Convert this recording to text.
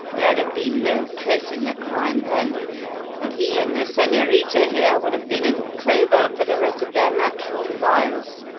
there'd have been no tracing the crime then and he and the senorita here would have been in clover for the rest of their natural lives.